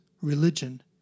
Religion